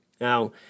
Now